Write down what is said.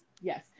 Yes